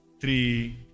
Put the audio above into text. three